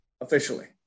officially